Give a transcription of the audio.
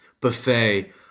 buffet